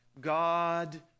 God